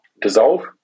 Dissolve